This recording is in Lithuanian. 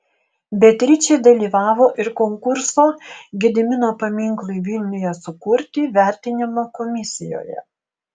beatričė dalyvavo ir konkurso gedimino paminklui vilniuje sukurti vertinimo komisijoje